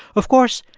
of course,